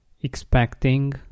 expecting